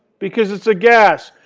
because it's a gas.